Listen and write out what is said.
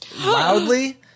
loudly